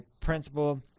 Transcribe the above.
principal